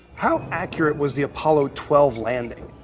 how accurate was the apollo twelve landing?